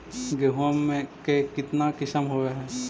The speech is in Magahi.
गेहूमा के कितना किसम होबै है?